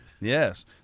Yes